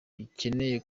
bikeneye